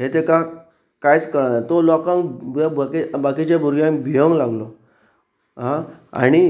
हें ताका कांयच कळना तो लोकांक बाकीच्या भुरग्यांक भियोंक लागलो आ आनी